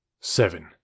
seven